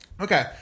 Okay